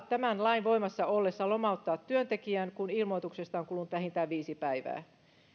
tämän lain voimassa ollessa saa lomauttaa työntekijän kun ilmoituksesta on kulunut vähintään viisi päivää